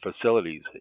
facilities